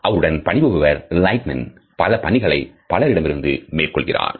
அவருடன் பணிபுரிவர் Lightman பல பணிகளை பலரிடமிருந்து மேற்கொள்கிறார்